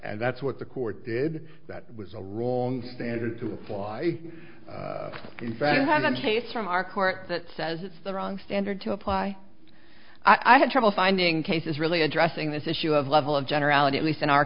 and that's what the court did that was a wrong standard to apply in fandom case from our court that says it's the wrong standard to apply i had trouble finding cases really addressing this issue of level of generality at least in our